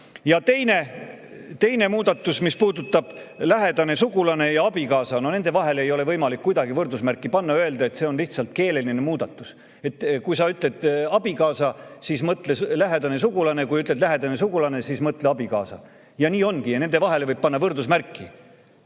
teine muudatus, mis puudutab [sisu]: lähedane sugulane ja abikaasa, no nende vahele ei ole võimalik kuidagi võrdusmärki panna ja öelda, et see on lihtsalt keeleline muudatus. Kui sa ütled "abikaasa", siis mõtle "lähedane sugulane", kui ütled "lähedane sugulane", siis mõtle "abikaasa"? Ja nii ongi? Nende vahele võib panna võrdusmärgi?